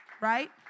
right